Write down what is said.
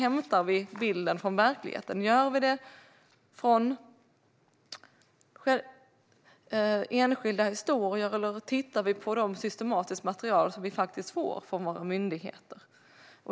Är det från enskilda historier, eller tittar vi systematiskt på det material som vi faktiskt får från våra myndigheter?